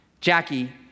Jackie